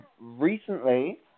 recently